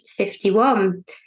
51